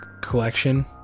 collection